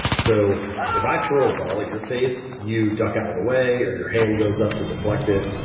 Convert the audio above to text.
so if i throw a ball at your face, you duck out of the way or your hand goes up to deflect it.